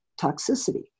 toxicity